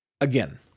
Again